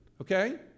Okay